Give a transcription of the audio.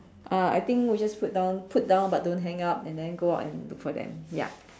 uh I think we just put down put down but don't hang up and then go out and look for them ya